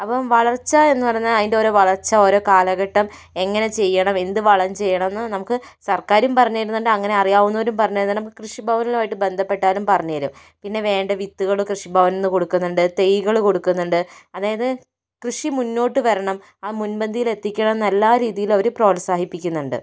അപ്പോൾ വളർച്ച എന്നുപറഞ്ഞാൽ അതിൻ്റെ ഒരു വളർച്ച ഓരോ കാലഘട്ടം എങ്ങനെ ചെയ്യണം എന്ത് വളം ചെയ്യണമെന്ന് നമുക്ക് സർക്കാരും പറഞ്ഞുതരുന്നുണ്ട് അങ്ങനെ അറിയാവുന്നവരും പറഞ്ഞുതരുന്നുണ്ട് നമുക്ക് കൃഷിഭവനുമായി ബന്ധപെട്ടാലും പറഞ്ഞുതരും പിന്നെ വേണ്ട വിത്തുകളും കൃഷിഭവനിൽ നിന്ന് കൊടുക്കുന്നുണ്ട് തൈകളും കൊടുക്കുന്നുണ്ട് അതായത് കൃഷി മുന്നോട്ട് വരണം ആ മുൻപന്തിയിൽ എത്തിക്കണം എല്ലാം രീതിയില് അവർ പ്രോത്സാഹിപ്പിക്കുന്നുണ്ട്